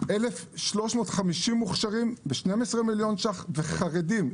1,350 מוכשרים בהיקף של 12 מיליון שקלים, חרדים,